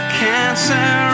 cancer